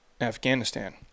Afghanistan